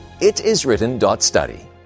Itiswritten.study